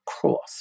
cross